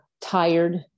tired